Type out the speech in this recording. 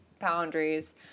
boundaries